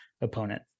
opponent